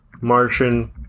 Martian